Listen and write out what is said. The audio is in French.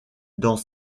dans